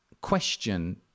question